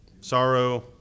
sorrow